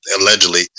allegedly